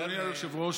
אדוני היושב-ראש,